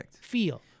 feel